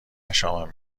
مشامم